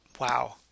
Wow